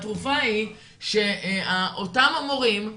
התרופה היא שאותם המורים,